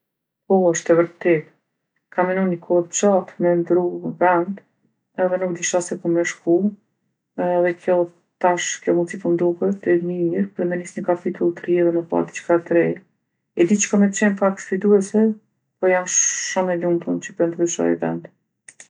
Po, osht e vërtetë. Kam menu ni kohë t'gjatë me ndrru vend edhe nuk disha se ku me shku edhe kjo, tash kjo mundsi po m'doket e mirë për me nisë ni kapitull t'ri edhe me pa diçka t're. E di që ka me qenë pak sfiduese po jam shumë e lumtun që po ndryshoj vend.